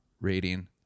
rating